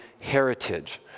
heritage